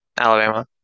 Alabama